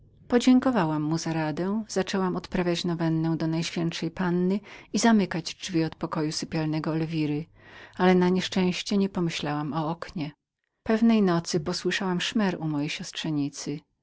podziękowałam mu za radę zaczęłam odmawiać różaniec do najświętszej panny i zamykać drzwi od pokoju sypialnego elwiry ale na nieszczęście nie pomyślałam o oknie pewnej nocy posłyszałam szmer u mojej